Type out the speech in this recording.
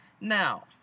Now